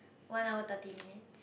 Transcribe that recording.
one hour thirty minute